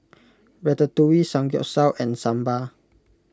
Ratatouille Samgyeopsal and Sambar